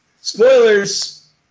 spoilers